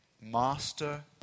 master